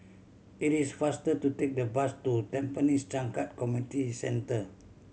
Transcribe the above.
it is faster to take the bus to Tampines Changkat Community Centre